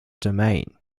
domain